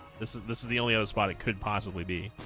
this is this is the only other spot it could possibly be